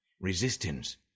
Resistance